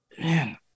Man